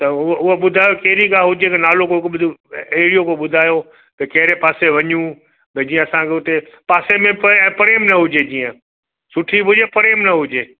त उहो उहो ॿुधायो अहिड़ी का हुजे नालो को बि एरियो को ॿुधायो त कहिड़े पासे वञूं भई जीअं असांखे हुते पासे में पए ऐं परे बि न हुजे जीअं सुठी बि हुजे परे बि न हुजे